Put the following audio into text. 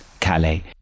Calais